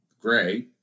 Gray